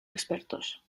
expertos